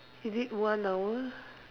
is it one hour